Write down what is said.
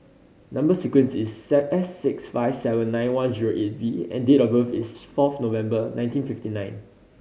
number sequence is S six five seven nine one zero eight V and date of birth is fourth November nineteen fifty nine